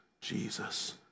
Jesus